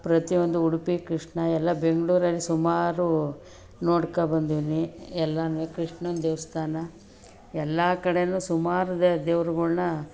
ಪ್ರತಿಯೊಂದು ಉಡುಪಿ ಕೃಷ್ಣ ಎಲ್ಲ ಬೆಂಗಳೂರಲ್ಲಿ ಸುಮಾರು ನೋಡ್ಕೊ ಬಂದಿವ್ನಿ ಎಲ್ಲನೂ ಕೃಷ್ಣನ ದೇವಸ್ಥಾನ ಎಲ್ಲ ಕಡೆಯೂ ಸುಮಾರು ದೇವರುಗಳ್ನ